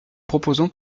proposons